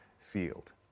field